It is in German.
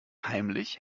heimlich